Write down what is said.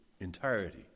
entirety